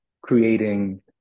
creating